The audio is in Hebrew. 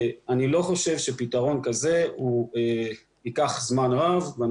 אני לא חושב שפתרון כזה ייקח זמן רב ואני